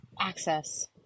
Access